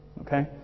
Okay